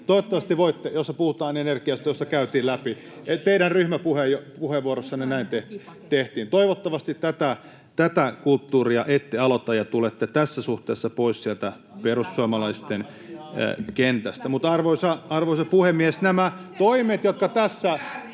huippukokouksessa, jossa puhutaan energiasta, jota käytiin läpi — teidän ryhmäpuheenvuorossanne näin tehtiin. Toivottavasti tätä kulttuuria ette aloita ja tulette tässä suhteessa pois sieltä perussuomalaisten kentältä. [Petteri Orpo: Asiaan!